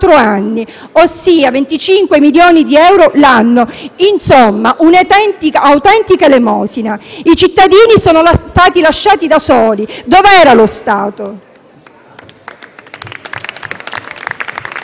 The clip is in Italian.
anni, ossia 25 milioni di euro l'anno, insomma un'autentica elemosina. I cittadini sono stati lasciati da soli, dov'era lo Stato?